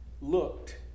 looked